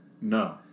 No